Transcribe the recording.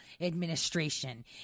administration